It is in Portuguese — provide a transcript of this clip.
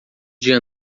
dia